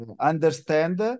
understand